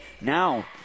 now